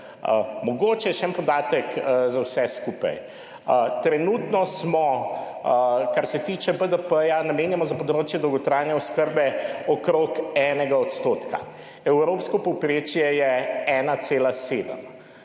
Mogoče še en podatek za vse skupaj, trenutno smo, kar se tiče BDP, namenjamo za področje dolgotrajne oskrbe okrog enega odstotka. Evropsko povprečje je 1,7,